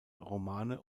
romane